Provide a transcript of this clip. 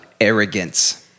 arrogance